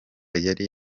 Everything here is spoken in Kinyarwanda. yari